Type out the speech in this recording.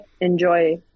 enjoy